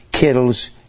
Kittle's